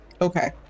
Okay